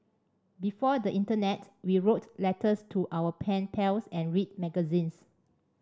before the internet we wrote letters to our pen pals and read magazines